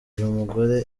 mugore